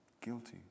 guilty